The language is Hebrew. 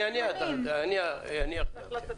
אני עכשיו.